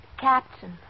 Captain